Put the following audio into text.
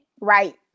right